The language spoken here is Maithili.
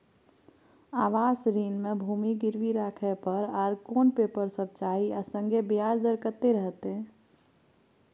आवास ऋण म भूमि गिरवी राखै पर आर कोन पेपर सब चाही आ संगे ब्याज दर कत्ते रहते?